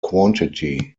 quantity